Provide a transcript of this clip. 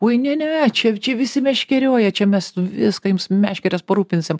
oi ne ne čia čia visi meškerioja čia mes viską jums meškeres parūpinsim